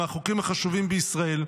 מהחוקרים החשובים בישראל,